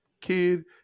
kid